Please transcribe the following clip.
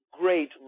great